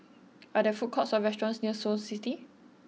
are there food courts or restaurants near Snow City